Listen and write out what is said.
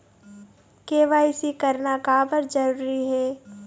KYC करना का बर जरूरी हे?